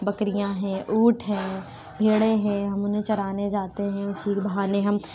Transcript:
بکریاں ہیں اونٹ ہیں بھیڑیں ہیں انہیں چرانے جاتے ہیں اسی کے بہانے ہم